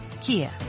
Kia